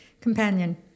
companion